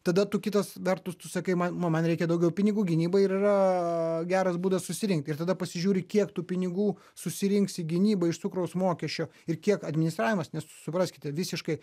tada tu kita vertus tu sakai man reikia daugiau pinigų gynybai ir yra geras būdas susirinkti ir tada pasižiūri kiek tų pinigų susirinksi į gynybą iš cukraus mokesčio ir kiek administravimas nes supraskite visiškai